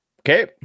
Okay